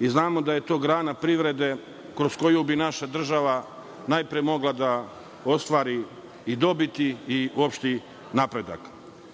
i znamo da je to grana privrede kroz koju bi naša država najpre mogla da ostvari i dobiti i opšti napredak.